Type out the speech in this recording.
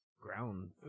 ground